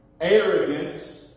arrogance